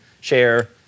share